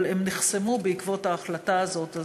אבל הם נחסמו בעקבות ההחלטה הזאת,